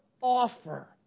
offer